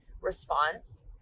response